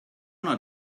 not